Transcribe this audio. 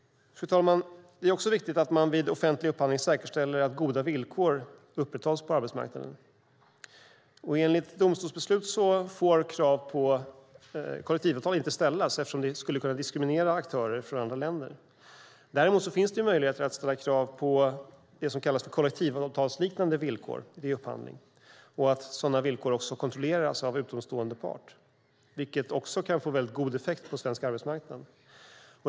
Fru talman! Det är också viktigt att man vid offentlig upphandling säkerställer att goda villkor upprätthålls på arbetsmarknaden. Enligt domstolsbeslut får krav på kollektivavtal inte ställas eftersom det skulle kunna diskriminera aktörer från andra länder. Däremot finns möjligheter att ställa krav på det som kallas kollektivavtalsliknande villkor vid upphandling och att sådana villkor kontrolleras av utomstående part, vilket också kan få väldigt god effekt på svensk arbetsmarknad.